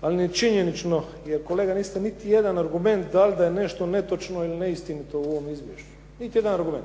ali je činjenično jer kolega niste niti jedan argument da li je nešto netočno ili neistinito u ovom izvješću, niti jedan argument.